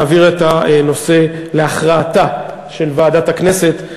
להעביר את הנושא להכרעתה של ועדת הכנסת,